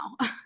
now